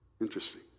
Interesting